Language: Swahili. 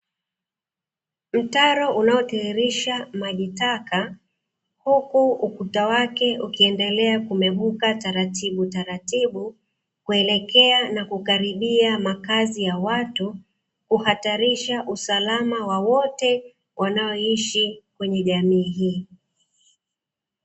Mtaro unaotiririsha maji, taka huku ukuta wake ukiendelea kumeguka taratibu taratibu kuelekea na kukaribia makazi ya watu, kuhatarisha usalama wa wote wanaoishi kwenye jamii hii.